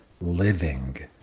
Living